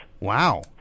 Wow